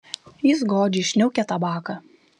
jis godžiai šniaukia tabaką